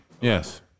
yes